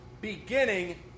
beginning